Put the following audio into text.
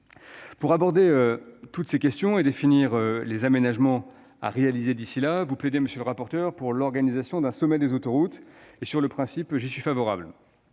Pour aborder toutes ces questions et définir les aménagements à réaliser d'ici là, vous plaidez, monsieur le rapporteur, pour l'organisation d'un sommet des autoroutes. Sur le principe, j'y suis favorable.